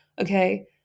okay